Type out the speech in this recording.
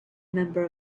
member